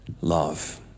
love